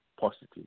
positive